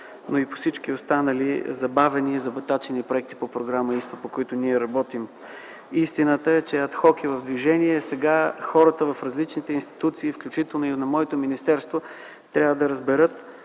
но и по всички останали забавени и забатачени проекти по Програма ИСПА, по които ние работим. Истината е, че ад хок и в движение сега хората в различните институции, включително и в моето министерство, трябва да разберат,